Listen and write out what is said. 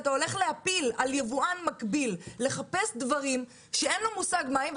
אתה הולך להפיל על יבואן מקביל לחפש דברים שאין לו מושג מה הם.